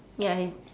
ya he's